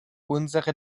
unsere